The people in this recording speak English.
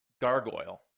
gargoyle